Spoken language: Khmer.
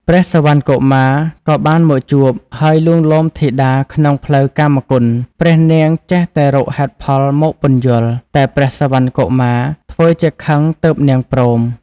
ព្រះសុវណ្ណកុមារក៏បានមកជួប ហើយលួងលោមធីតាក្នុងផ្លូវកាមគុណ ព្រះនាងចេះតែរកហេតុផលមកពន្យល់ តែព្រះសុវណ្ណកុមារធ្វើជាខឹងទើបនាងព្រម។